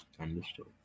Understood